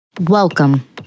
Welcome